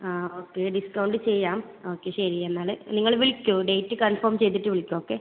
ആ okay discount ചെയ്യാം okay ശരി എന്നാൽ നിങ്ങൾ വിളിക്കൂ ഡേറ്റ് കൺഫേം ചെയ്തിട്ട് വിളിക്കൂ ഓക്കെ